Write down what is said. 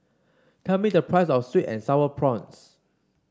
tell me the price of sweet and sour prawns